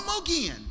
again